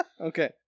Okay